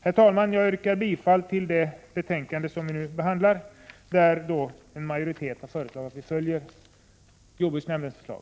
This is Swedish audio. Jag yrkar bifall till utskottets hemställan i det betänkande som vi nu behandlar, där majoriteten föreslagit att vi följer jordbruksnämndens förslag.